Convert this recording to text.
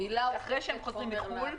אחרי שהם חוזרים מחו"ל,